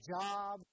job